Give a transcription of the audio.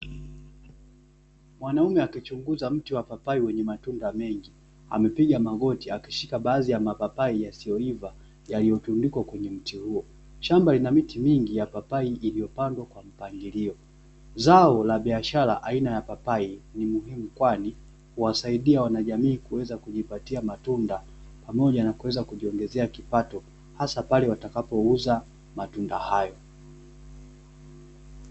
Mwanaume akichunguza mti wa papai wenye matunda mengi, amepiga magoti akishika baadhi ya mapapai yasiyoiva, yaliyotundikwa kwenye mti huo. Shamba lina miti mingi ya papai iliyopandwa kwa mpangilio. Zao la biashara aina ya papai ni muhimu, kwani huwasaidia wanajamii kuweza kujipatia matunda pamoja na kuweza kujiongezea kipato, hasa pale watakapouza matunda hayo.